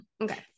Okay